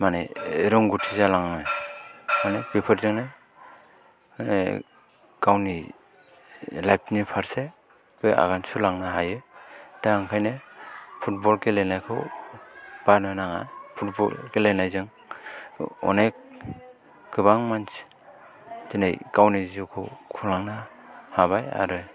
माने रोंगौथि जालाङो माने बेफोरजोंनो गावनि लाइफनि फारसेबो आगान सुरलांनो हायो दा ओंखायनो फुटबल गेलेनायखौ बानो नाङा फुटबल गेलेनायजों अनेख गोबां मानसि दिनै गावनि जिउखौ खुंलांनो हाबाय आरो